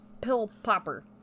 pill-popper